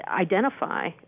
identify